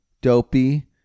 Dopey